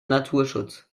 naturschutz